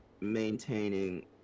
maintaining